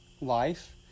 life